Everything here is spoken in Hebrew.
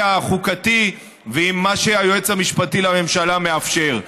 החוקתי ועם מה שהיועץ המשפטי לממשלה מאפשר.